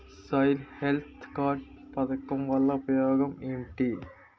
Soil health card పథకం వల్ల ఉపయోగం ఏంటి?